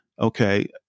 okay